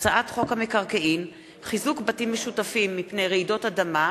הצעת חוק המקרקעין (חיזוק בתים משותפים מפני רעידות אדמה)